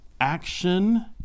action